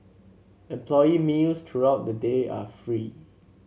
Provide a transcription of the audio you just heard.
employee meals throughout the day are free